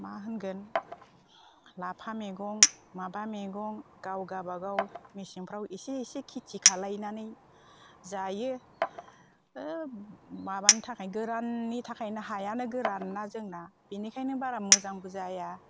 मा होनगोन लाफा मैगं माबा मैगं गाव गावबागाव मेसेंफ्राव इसे इसे खेथि खालामनानै जायो माबानि थाखाय गोराननि थाखायनो हायानो गोरान ना जोंना बेनिखायनो बारा मोजांबो जाया